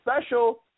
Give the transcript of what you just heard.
special